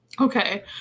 Okay